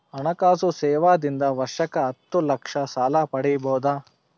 ಹಣಕಾಸು ಸೇವಾ ದಿಂದ ವರ್ಷಕ್ಕ ಹತ್ತ ಲಕ್ಷ ಸಾಲ ಪಡಿಬೋದ?